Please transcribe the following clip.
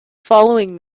following